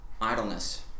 idleness